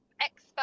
expert